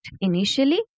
initially